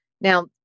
now